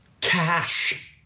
Cash